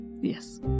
Yes